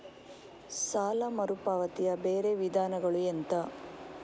ಸಾಲ ಮರುಪಾವತಿಯ ಬೇರೆ ವಿಧಾನಗಳು ಎಂತ?